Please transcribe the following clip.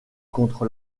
contre